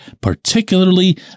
particularly